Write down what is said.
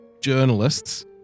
journalists